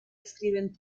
escriben